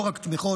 לא רק תמיכות,